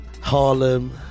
harlem